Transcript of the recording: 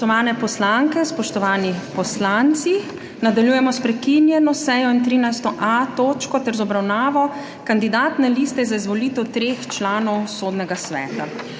Spoštovane poslanke, spoštovani poslanci, nadaljujemo s prekinjeno sejo in 13.a točko ter z obravnavo kandidatne liste za izvolitev treh članov Sodnega sveta.